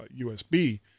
USB